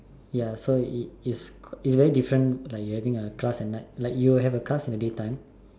ya so it's very different like you're having a class at night like you will have a class in the daytime